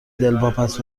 دلواپس